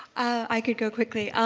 i could go quickly.